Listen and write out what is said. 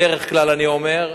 בדרך כלל, אני אומר,